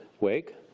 wake